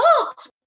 results